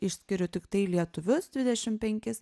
išskiriu tiktai lietuvius dvidešim penkis